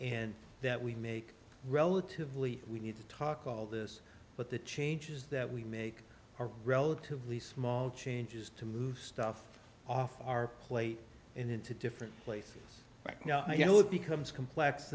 and that we make relatively we need to talk all this but the changes that we make are relatively small changes to move stuff off our plate and into different places where you know it becomes complex